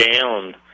down